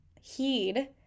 heed